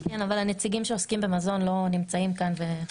אבל הנציגים שעוסקים במזון לא נמצאים כאן.